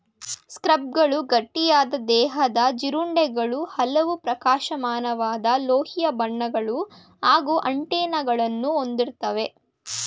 ಸ್ಕಾರಬ್ಗಳು ಗಟ್ಟಿಯಾದ ದೇಹದ ಜೀರುಂಡೆಗಳು ಹಲವು ಪ್ರಕಾಶಮಾನವಾದ ಲೋಹೀಯ ಬಣ್ಣಗಳು ಹಾಗೂ ಆಂಟೆನಾಗಳನ್ನ ಹೊಂದಿರ್ತವೆ